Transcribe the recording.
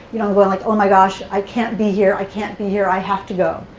you know going, like, oh my gosh, i can't be here, i can't be here, i have to go.